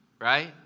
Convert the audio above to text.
right